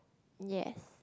yes